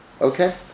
okay